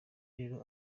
rero